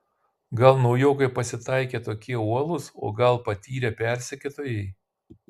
gal naujokai pasitaikė tokie uolūs o gal patyrę persekiotojai